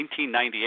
1998